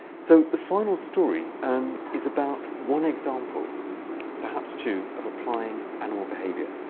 so the final story um is about one example perhaps two of applying animal behavior.